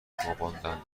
خواباندند